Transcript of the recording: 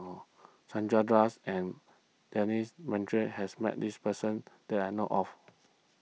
Chandra Das and Denis has met this person that I know of